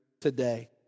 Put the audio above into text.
today